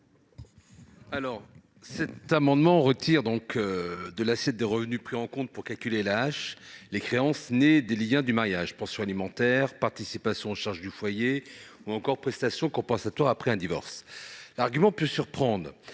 ? Cet amendement tend à retirer de l'assiette des revenus pris en compte pour calculer l'AAH les créances nées des liens du mariage : pension alimentaire, participation aux charges du foyer, ou encore prestation compensatoire après un divorce. L'argument peut surprendre